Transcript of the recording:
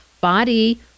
body